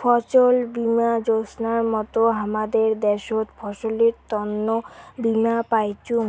ফছল বীমা যোজনার মত হামাদের দ্যাশোত ফসলের তন্ন বীমা পাইচুঙ